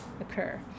occur